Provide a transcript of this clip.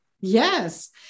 Yes